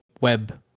web